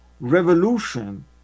revolution